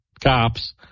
cops